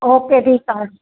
okay ठीकु आहे